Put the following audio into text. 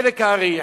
חלק הארי,